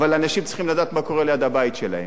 אבל אנשים צריכים לדעת מה קורה ליד הבית שלהם.